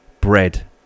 bread